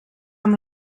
amb